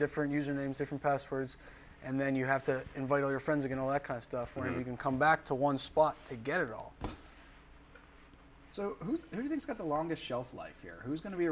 different usernames different passwords and then you have to invite all your friends you know i kind of stuff where you can come back to one spot to get it all so who's got the longest shelf life here who's going to be